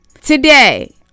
Today